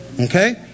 Okay